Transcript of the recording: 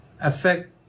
affect